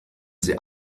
sie